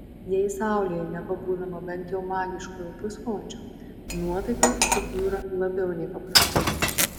jei saulėje nepabūnama bent jau magiškojo pusvalandžio nuotaika subjūra labiau nei paprastai